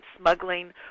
smuggling